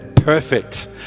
perfect